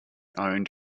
owned